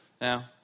Now